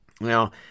Now